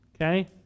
Okay